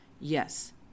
Yes